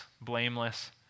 blameless